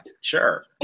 sure